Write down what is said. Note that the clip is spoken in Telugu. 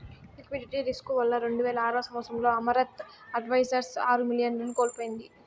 లిక్విడిటీ రిస్కు వల్ల రెండువేల ఆరవ సంవచ్చరంలో అమరత్ అడ్వైజర్స్ ఆరు మిలియన్లను కోల్పోయింది